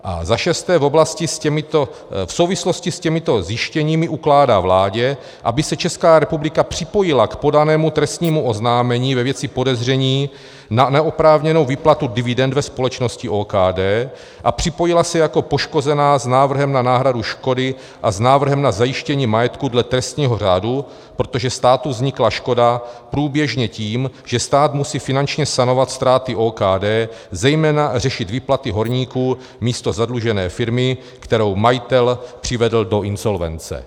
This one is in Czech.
V souvislosti s těmito zjištěními ukládá vládě, aby se Česká republika připojila k podanému trestnímu oznámení ve věci podezření na neoprávněnou výplatu dividend ve společnosti OKD a připojila se jako poškozená s návrhem na náhradu škody a s návrhem na zajištění majetku dle trestního řádu, protože státu vznikla škoda průběžně tím, že stát musí finančně sanovat ztráty OKD, zejména řešit výplaty horníků místo zadlužené firmy, kterou majitel přivedl do insolvence.